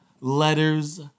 Letters